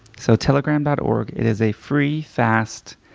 so telegram dot org is a free, fast,